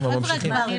ממשיכים.